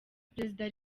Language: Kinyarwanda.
perezida